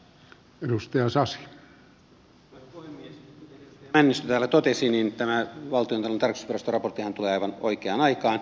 kuten edustaja männistö täällä totesi niin tämä valtiontalouden tarkastusviraston raporttihan tulee aivan oikeaan aikaan